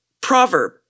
Proverb